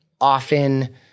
often